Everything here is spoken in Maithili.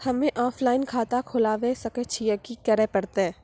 हम्मे ऑफलाइन खाता खोलबावे सकय छियै, की करे परतै?